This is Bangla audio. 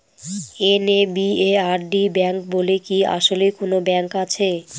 এন.এ.বি.এ.আর.ডি ব্যাংক বলে কি আসলেই কোনো ব্যাংক আছে?